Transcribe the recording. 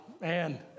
man